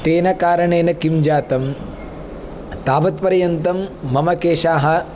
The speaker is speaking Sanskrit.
तेन कारणेन् किं जातं तावत् पर्यन्तं मम केशाः